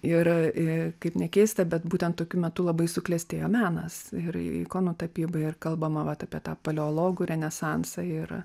ir kaip nekeista bet būtent tokiu metu labai suklestėjo menas ir ikonų tapyba ir kalbama vat apie tą paleologų renesansą ir